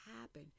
happen